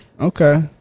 okay